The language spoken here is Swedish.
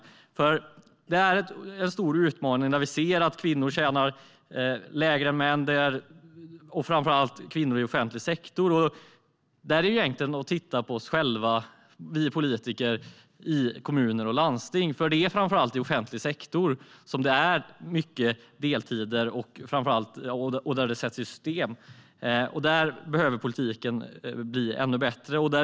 Det är en stor utmaning när vi ser att kvinnor tjänar mindre än män. Det gäller framför allt kvinnor i offentlig sektor. Där kan vi politiker i kommuner och landsting egentligen titta på oss själva. Det är framför allt i offentlig sektor som det är mycket deltider och där det sätts i system. Där behöver politiken bli ännu bättre.